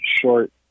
short